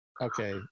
okay